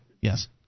yes